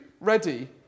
ready